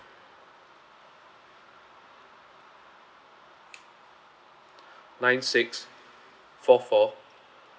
nine six four four